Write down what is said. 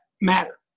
matter